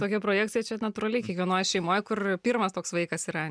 tokia projekcija čia natūraliai kiekvienoj šeimoj kur pirmas toks vaikas yra